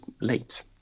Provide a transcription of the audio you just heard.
late